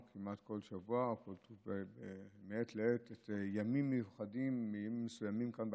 כמעט בכל שבוע או מעת לעת ימים מיוחדים בעניינים מסוימים כאן,